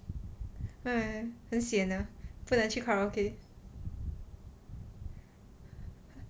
!hais! 很 sian ah 不能去 karaoke